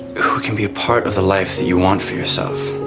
who can be a part of the life that you want for yourself